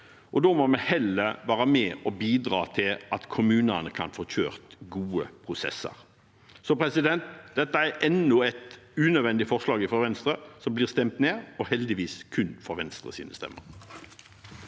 da må vi heller være med og bidra til at kommunene kan få kjørt gode prosesser. Så dette er enda et unødvendig forslag fra Venstre som blir stemt ned, og som heldigvis kun får Venstres stemmer.